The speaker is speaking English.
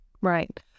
Right